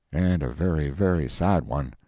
and a very, very sad one.